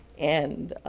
and